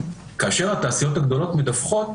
כאשר התעשיות הגדולות מדווחות